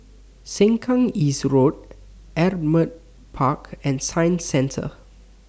Sengkang East Road Ardmore Park and Science Centre